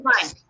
fine